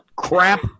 Crap